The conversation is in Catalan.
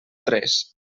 tres